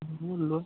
hello